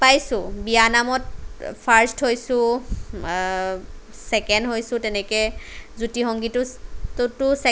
পাইছোঁ বিয়া নামত ফাৰ্ষ্ট হৈছোঁ চেকেণ্ড হৈছোঁ তেনেকে জ্যোতি সংগীততো